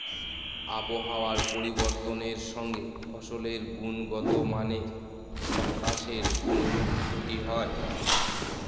আবহাওয়ার পরিবর্তনের সঙ্গে ফসলের গুণগতমানের বাতাসের কোনরূপ ক্ষতি হয়?